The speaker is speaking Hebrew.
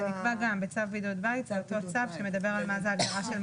זה נקבע בצו שמדבר על מהי הגדרה.